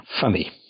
funny